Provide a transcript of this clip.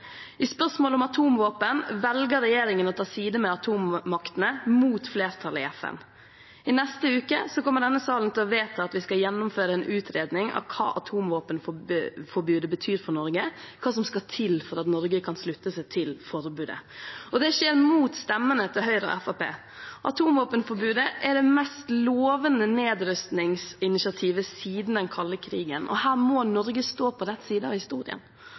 I spørsmålet om atomvåpen velger regjeringen å ta side med atommaktene, mot flertallet i FN. I neste uke kommer denne salen til å vedta at man skal gjennomføre en utredning av hva atomvåpenforbudet betyr for Norge, hva som skal til for at Norge kan slutte seg til forbudet. Det skjer mot stemmene fra Høyre og Fremskrittspartiet. Atomvåpenforbudet er det mest lovende nedrustningsinitiativet siden den kalde krigen. Her må Norge stå på rett side av historien.